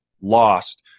lost